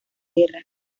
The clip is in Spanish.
guerra